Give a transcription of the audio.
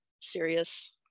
serious